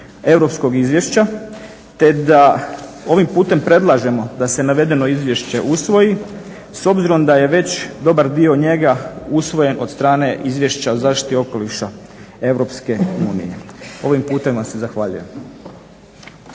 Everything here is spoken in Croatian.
Europskog izvješća te da ovim putem predlažemo da se navedeno izvješće usvoji s obzirom da je već dobar dio njega usvojen od strane Izvješća o zaštiti okoliša EU. Ovim putem vam se zahvaljujem.